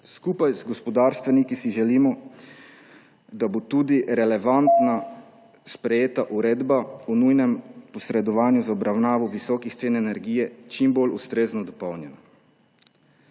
Skupaj z gospodarstveniki si želimo, da bo tudi relevantna sprejeta uredba o nujnem posredovanju za obravnavo visokih cen energije čim bolj ustrezno dopolnjena.